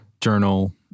journal